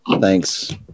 Thanks